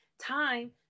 Time